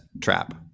trap